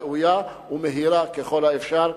ראויה ומהירה ככל האפשר.